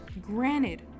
Granted